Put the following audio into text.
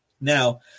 Now